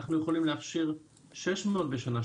אנחנו יכולים להכשיר 600 בשנה,